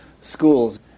schools